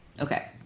okay